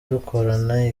dukorana